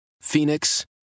Phoenix